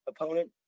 opponent